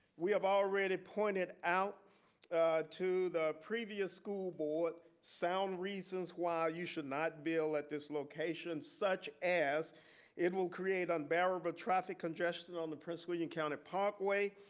we have already pointed out to the previous school board sound reasons why you should not build at this location such as it will create unbearable traffic congestion on the prince william county parkway.